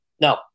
No